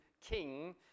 king